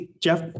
Jeff